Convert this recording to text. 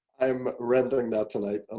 i'm renting that tonight and